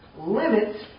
limits